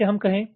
जैसे हम कहें